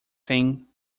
thing